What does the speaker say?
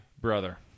brother